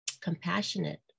compassionate